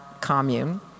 commune